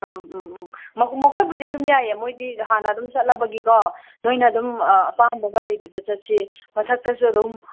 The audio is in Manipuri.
ꯑꯥ ꯎꯝ ꯎꯝ ꯃꯈꯣꯏꯕꯨꯗꯤ ꯑꯗꯨꯝ ꯌꯥꯏꯌꯦ ꯃꯣꯏꯗꯤ ꯍꯥꯟꯅ ꯑꯗꯨꯝ ꯆꯠꯂꯕꯒꯤꯀꯣ ꯅꯣꯏꯅ ꯑꯗꯨꯝ ꯑꯄꯥꯝꯕ ꯒꯥꯔꯤꯗꯨꯗ ꯆꯠꯁꯦ ꯃꯊꯛꯇꯁꯨ ꯑꯗꯨꯝ